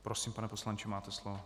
Prosím, pane poslanče, máte slovo.